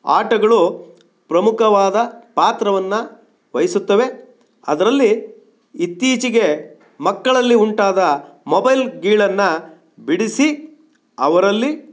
ಆಟಗಳು ಪ್ರಮುಖವಾದ ಪಾತ್ರವನ್ನು ವಹಿಸುತ್ತವೆ ಅದರಲ್ಲಿ ಇತ್ತೀಚೆಗೆ ಮಕ್ಕಳಲ್ಲಿ ಉಂಟಾದ ಮೊಬೈಲ್ ಗೀಳನ್ನು ಬಿಡಿಸಿ ಅವರಲ್ಲಿ